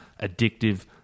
addictive